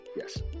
Yes